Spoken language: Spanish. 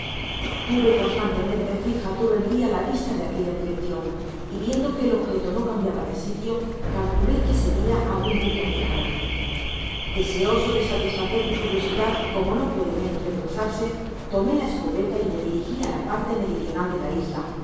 tuve constantemente fija todo el dia la vista en aquella direccion y viendo que el objeto no cambiaba de sitio calculé que seria algun buque anclado deseoso de satisfacer mi curiosidad como no puede menos de pensarse tomé la escopeta y me dirigí á la parte meridional de la isla al